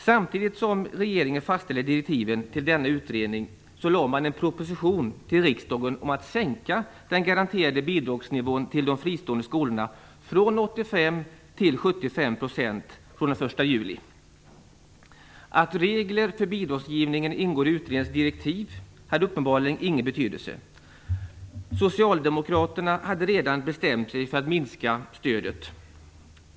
Samtidigt som regeringen fastställde direktiven till denna utredning lade man fram en proposition till riksdagen om att sänka den garanterade bidragsnivån till de fristående skolorna från 85 till 75 % från den 1 juli. Att regler för bidragsgivningen ingår i utredningens direktiv hade uppenbarligen ingen betydelse. Socialdemokraterna hade redan bestämt sig för att minska stödet.